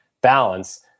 balance